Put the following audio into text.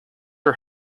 are